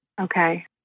Okay